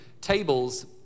tables